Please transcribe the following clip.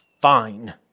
fine